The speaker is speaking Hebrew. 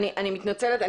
אני מתנצלת.